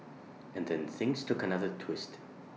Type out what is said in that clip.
and then things took another twist